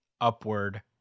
upward